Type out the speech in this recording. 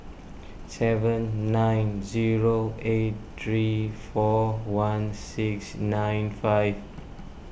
seven nine zero eight three four one six nine five